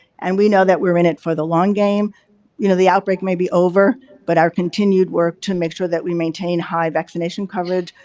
and we know that we're in it for the long game you know the outbreak might be over but our continued work to make sure that we maintain high vaccination coverage,